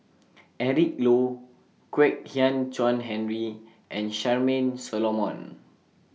Eric Low Kwek Hian Chuan Henry and Charmaine Solomon